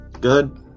Good